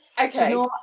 Okay